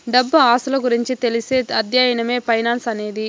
డబ్బు ఆస్తుల గురించి తెలిపే అధ్యయనమే ఫైనాన్స్ అనేది